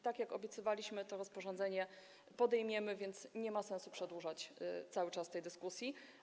Tak jak obiecywaliśmy, temat tego rozporządzenia podejmiemy, więc nie ma sensu przedłużać cały czas tej dyskusji.